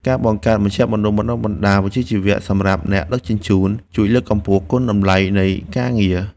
ការបង្កើតមជ្ឈមណ្ឌលបណ្ដុះបណ្ដាលវិជ្ជាជីវៈសម្រាប់អ្នកដឹកជញ្ជូនជួយលើកកម្ពស់គុណតម្លៃនៃការងារ។